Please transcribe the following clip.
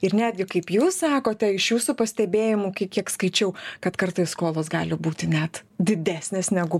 ir netgi kaip jūs sakote iš jūsų pastebėjimų ki kiek skaičiau kad kartais skolos gali būti net didesnės negu